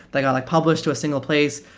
they got like published to a single place,